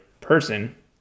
person